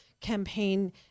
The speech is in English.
campaign